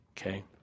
okay